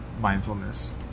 mindfulness